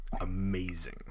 amazing